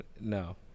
no